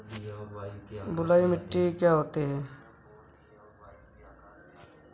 बलुइ मिट्टी क्या होती हैं?